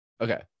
Okay